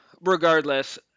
Regardless